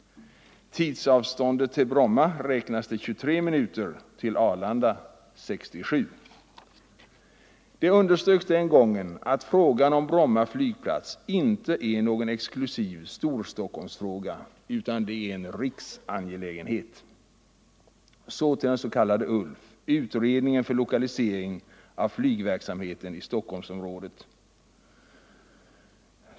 Tidsavståndet till Bromma beräknas uppgå till 23 minuter, till Arlanda 67 minuter. Det framhölls den gången att frågan om Bromma flygplats inte är någon exklusiv Storstockholmsfråga utan en riksangelägenhet. Så till ULF, utredningen för lokalisering av flygverksamheten i Stockholmsområdet.